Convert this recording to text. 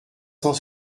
cent